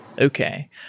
Okay